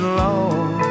long